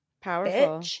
Powerful